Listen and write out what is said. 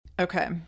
Okay